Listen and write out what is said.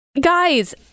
Guys